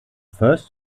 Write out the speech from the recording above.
first